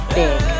big